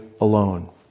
alone